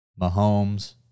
Mahomes